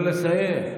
נא לאפשר לדובר לסיים.